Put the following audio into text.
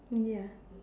ya